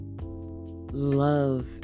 love